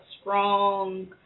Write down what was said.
strong